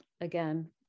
again